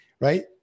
right